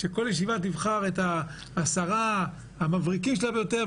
שכל ישיבה תבחר את העשרה או עשרים המבריקים ביותר שלה,